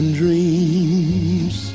dreams